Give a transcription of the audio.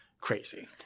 crazy